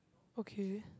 okay